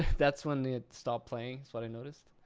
that's when it stopped playing so i didn't notice.